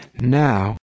Now